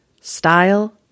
style